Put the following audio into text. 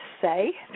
say